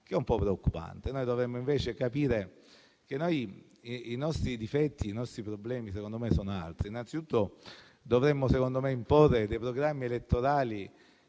che è un po' preoccupante. Noi dovremmo invece capire che i nostri difetti e i nostri problemi secondo me sono altri. Innanzi tutto, secondo me dovremmo imporre programmi elettorali